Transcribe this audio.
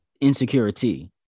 Insecurity